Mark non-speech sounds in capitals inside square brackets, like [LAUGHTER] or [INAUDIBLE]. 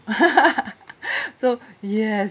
[LAUGHS] so yes